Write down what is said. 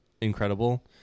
incredible